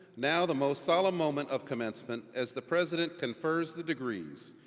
now the most solemn moment of commencement as the president confers the degrees.